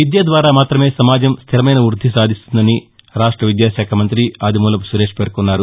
విద్య ద్వారా మాత్రమే సమాజం స్టిరమైన వృద్ది సాధిస్తుందని రాష్ట్ర విద్యాశాఖ మంత్రి ఆదిమూలపు సురేష్ పేర్కొన్నారు